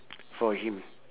for him